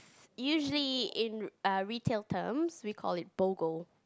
usually in uh retail terms we call it Bogo